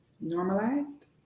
normalized